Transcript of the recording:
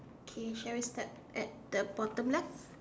okay shall we start at the bottom left